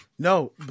No